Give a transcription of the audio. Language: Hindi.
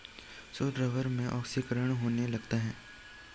शुद्ध रबर में ऑक्सीकरण होने लगता है